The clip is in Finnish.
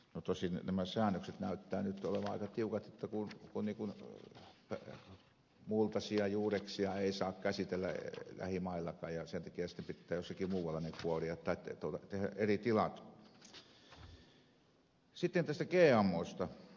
no tosin nämä säännökset näyttävät nyt olevan aika tiukat niin että pulli on ikkuna tai muulta multaisia juureksia ei saa käsitellä lähimaillakaan ja sen takia sitten pitää jossakin muualla ne kuoria tai tehdä eri tilat